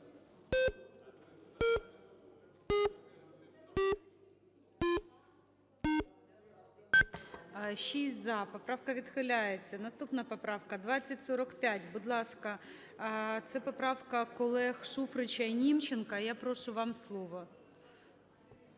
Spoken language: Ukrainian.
За-6 Поправка відхиляється. Наступна поправка 2045, будь ласка, це поправка колег Шуфрича і Німченка. Я прошу вам слово.